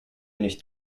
nicht